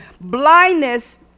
Blindness